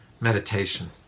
meditation